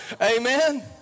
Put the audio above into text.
Amen